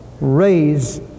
raise